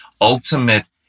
ultimate